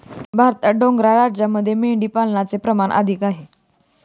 भारतात डोंगराळ राज्यांमध्ये मेंढीपालनाचे प्रमाण अधिक आहे